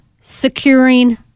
securing